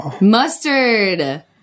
Mustard